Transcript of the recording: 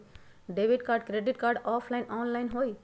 Debit card credit card offline online होई?